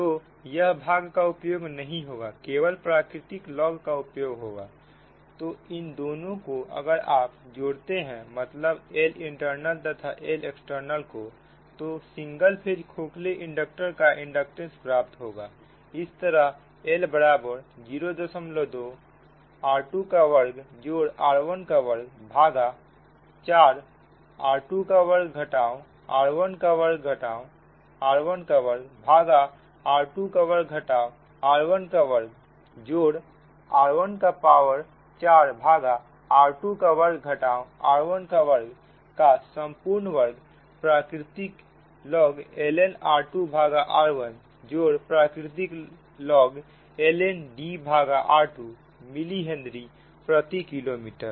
तो यह भाग का उपयोग नहीं होगा केवल प्राकृतिक लॉग का उपयोग होगा तो इन दोनों को अगर आप जोड़ते हैं मतलब Lint तथा Lextको तो सिंगल फेज खोखले कंडक्टर का इंडक्टेंस प्राप्त होगा इस तरह L बराबर 02 r2 का वर्ग जोड़ r1 का वर्ग भागा 4 r2 का वर्ग घटाओ r1 का वर्ग घटाओ r1 का वर्ग भागा r2 का वर्ग घटाओ r1 का वर्ग जोड़ r1 का पावर 4 भागा r2 का वर्ग घटाओ r1 का वर्ग का संपूर्ण वर्ग प्राकृतिक लॉग ln r2 भागा r1 जोड़ प्राकृतिक लॉग ln D भागा r2 मिली हेनरी प्रति किलोमीटर